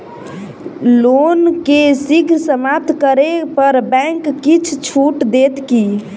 loan केँ शीघ्र समाप्त करै पर बैंक किछ छुट देत की